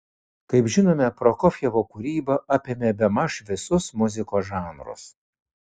kaip žinome prokofjevo kūryba apėmė bemaž visus muzikos žanrus